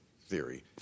theory